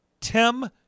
Tim